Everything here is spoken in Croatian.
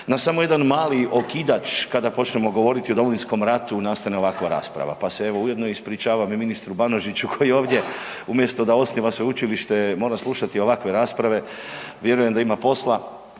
na samo jedan mali okidač kada počnemo govoriti o Domovinskom ratu nastane ovakva rasprava, pa se evo ujedno ispričavam i ministru Banožiću koji je ovdje umjesto da osniva sveučilište, mora slušati ovakve rasprave. Vjerujem da ima posla,